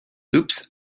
oops